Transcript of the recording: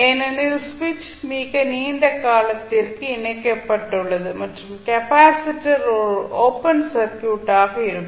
ஏனெனில் சுவிட்ச் மிக நீண்ட காலத்திற்கு இணைக்கப்பட்டுள்ளது மற்றும் கெப்பாசிட்டர் ஒரு ஓப்பன் சர்க்யூட் ஆக இருக்கும்